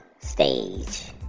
Stage